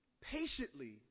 patiently